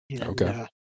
Okay